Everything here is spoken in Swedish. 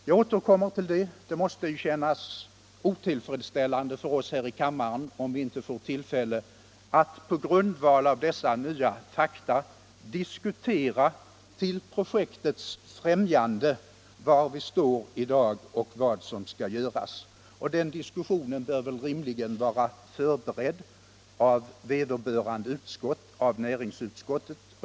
Jag återkommer till att det måste kännas otillfredsställande för oss här i kammaren, om vi inte får tillfälle att på grundval av dessa nya fakta diskutera — till projektets främjande — var vi står i dag och vad som skall göras. Den diskussionen bör rimligen vara förberedd av vederbörande utskott, dvs. av näringsutskottet.